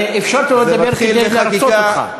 אפשרתי לו לדבר כדי לרצות אותך.